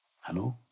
Hello